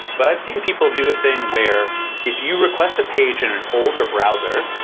but i've seen people do a thing where if you request a page in an older browser,